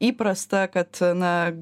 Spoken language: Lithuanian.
įprasta kad na